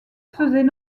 faisaient